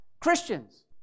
Christians